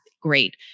great